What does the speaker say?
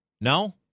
No